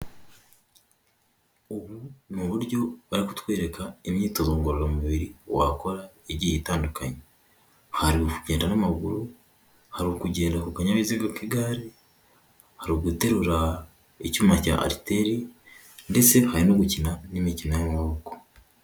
Ubu ni uburyo bari kutwereka imyitozo ngororamubiri wakora igihe itandukanye, hari ukugenda n'amaguru, hari ukugenda ku kanyabiziga k'igare, hari uguterura icyuma rya ariteri ,ndetse hari no gukina n'imikino y'amaboko.